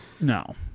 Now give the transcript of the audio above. No